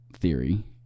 theory